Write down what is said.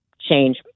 change